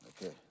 Okay